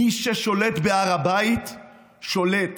מי ששולט בהר הבית שולט